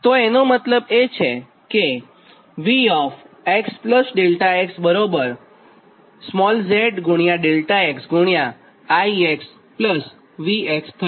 તોએનો મતલબ કે V x∆x z∆x I V થશે